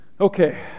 Okay